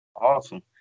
Awesome